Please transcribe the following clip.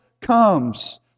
comes